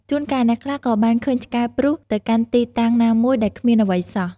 ជួនកាលអ្នកខ្លះក៏បានឃើញឆ្កែព្រុសទៅកាន់ទីតាំងណាមួយដែលគ្មានអ្វីសោះ។